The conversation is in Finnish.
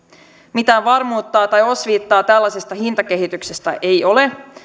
mitään varmuutta tai osviittaa tällaisesta hintakehityksestä ei ole